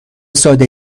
ساده